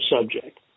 subject